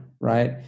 right